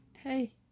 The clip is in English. Hey